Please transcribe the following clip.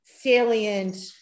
salient